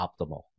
optimal